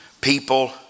people